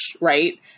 right